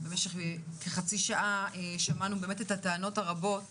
במשך כחצי שעה שמענו את הטענות הרבות